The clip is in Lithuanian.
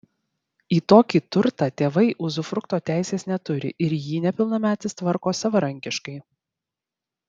į tokį turtą tėvai uzufrukto teisės neturi ir jį nepilnametis tvarko savarankiškai